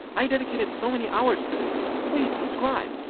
i dedicated so many hours to this. please subscribe.